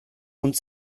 und